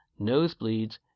nosebleeds